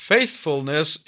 Faithfulness